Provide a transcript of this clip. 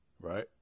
Right